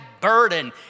burden